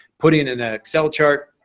putting in an ah excel chart.